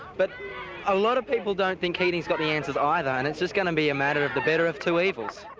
but a lot of people don't think keating's got the answers either, and it's just going to be a matter of the better of two evils.